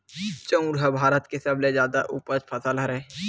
चाँउर ह भारत के सबले जादा उपज फसल हरय